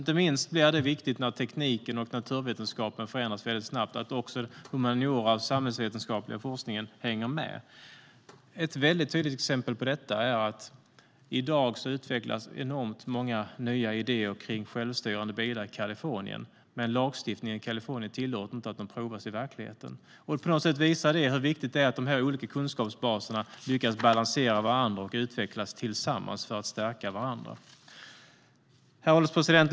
Inte minst blir det viktigt när tekniken och naturvetenskapen förändras snabbt att också den humaniora och samhällsvetenskapliga forskningen hänger med. Ett tydligt exempel på detta är att i dag utvecklas enormt många nya idéer kring självstyrande bilar i Kalifornien, men lagstiftningen i Kalifornien tillåter inte att de provas i verkligheten. På något sätt visar det hur viktigt det är att de olika kunskapsbaserna lyckas balansera varandra och utvecklas tillsammans för att stärka varandra. Herr ålderspresident!